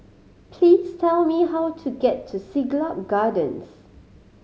please tell me how to get to Siglap Gardens